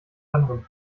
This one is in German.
anderen